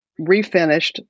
refinished